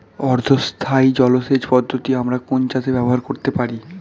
অর্ধ স্থায়ী জলসেচ পদ্ধতি আমরা কোন চাষে ব্যবহার করতে পারি?